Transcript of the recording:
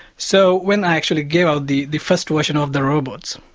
so when i actually gave out the the first version of the robots,